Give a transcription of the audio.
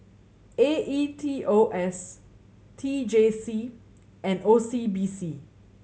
A E T O S T J C and O C B C